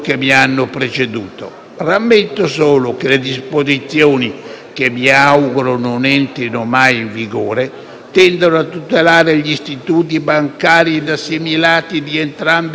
che mi auguro non entrino mai in vigore, tendono a tutelare gli istituti bancari ed assimilati di entrambe le nazioni, sempre ovviamente in ipotesi di recesso,